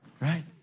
Right